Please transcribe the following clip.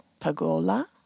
Pagola